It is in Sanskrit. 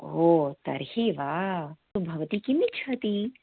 ओ तर्हि वा तु भवती किम् इच्छति